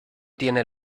tiene